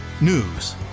News